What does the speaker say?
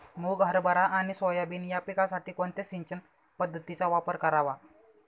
मुग, हरभरा आणि सोयाबीन या पिकासाठी कोणत्या सिंचन पद्धतीचा वापर करावा?